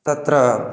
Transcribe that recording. तत्र